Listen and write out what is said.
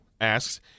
Asks